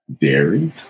Dairy